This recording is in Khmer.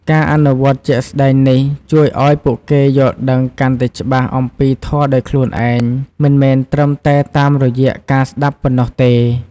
ការអនុវត្តជាក់ស្តែងនេះ ជួយឱ្យពួកគេយល់ដឹងកាន់តែច្បាស់អំពីធម៌ដោយខ្លួនឯង មិនមែនត្រឹមតែតាមរយៈការស្ដាប់ប៉ុណ្ណោះទេ។